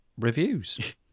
reviews